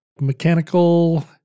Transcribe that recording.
mechanical